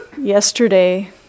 yesterday